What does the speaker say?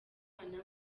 mohammed